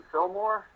Fillmore